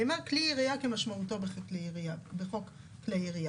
נאמר כלי ירייה כמשמעותו בחוק כלי ירייה,